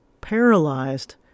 paralyzed